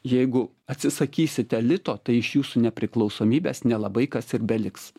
jeigu atsisakysite lito tai iš jūsų nepriklausomybės nelabai kas ir beliks